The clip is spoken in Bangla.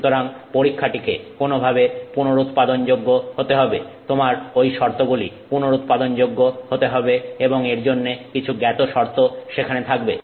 সুতরাং পরীক্ষাটিকে কোনভাবে পুনরুৎপাদনযোগ্য হতে হবে তোমার ঐ শর্তগুলি পুনরুৎপাদনযোগ্য হতে হবে এবং এর জন্য কিছু জ্ঞাত শর্ত সেখানে থাকবে